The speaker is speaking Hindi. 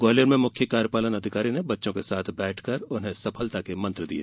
ग्वालियर में मुख्य कार्यपालन अधिकारी ने बच्चों के साथ बैठकर उन्हें सफलता के मंत्र दिये